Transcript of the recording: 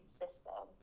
system